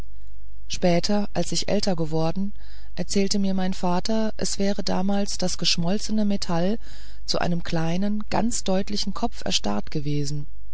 später als ich älter geworden erzählte mir mein vater es wäre damals das geschmolzene metall zu einem kleinen ganz deutlichen kopf erstarrt gewesen